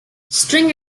string